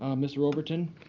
um mr. overton.